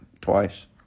Twice